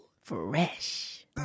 Fresh